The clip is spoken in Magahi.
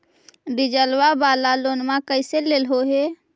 डीजलवा वाला लोनवा कैसे लेलहो हे?